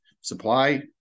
supply